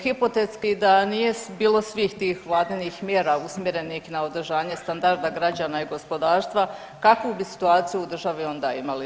Hipotetski da nije bilo svih tih vladinih mjera usmjerenih na održanje standarda građana i gospodarstva kakvu bi situaciju u državi onda imali?